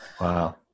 Wow